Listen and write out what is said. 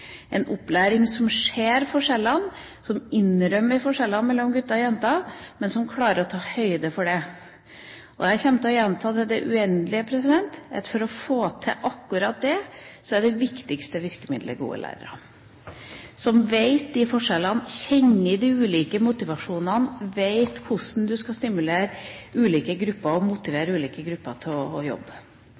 tilpasset opplæring, en opplæring som ser og innrømmer forskjellene mellom gutter og jenter, men som klarer å ta høyde for det. Jeg kommer til å gjenta det i det uendelige: For å få til akkurat det er det viktigste virkemidlet gode lærere som kjenner forskjellene, kjenner de ulike motivasjonene og vet hvordan de skal stimulere og motivere ulike grupper til å jobbe. Så mener jeg at man skal være åpen for å